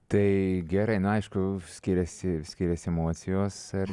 tai gerai na aišku skiriasi skiriasi emocijos ar